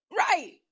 right